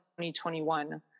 2021